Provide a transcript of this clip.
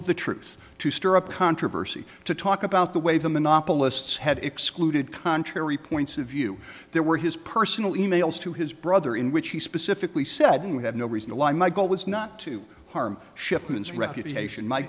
of the truth to stir up controversy to talk about the way the monopolists had excluded contrary points of view there were his personal emails to his brother in which he specifically said we have no reason why my goal was not to harm shipments reputation my